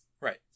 Right